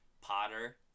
potter